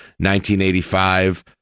1985